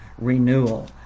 renewal